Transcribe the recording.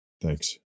Thanks